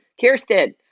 Kirsten